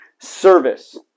service